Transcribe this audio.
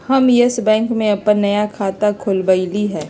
हम Yes Bank में अप्पन नया खाता खोलबईलि ह